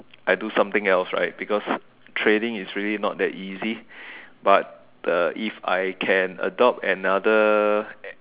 I do something else right because trading is really not that easy but if I can adopt another